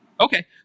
Okay